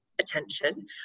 attention